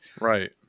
Right